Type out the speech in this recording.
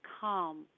calm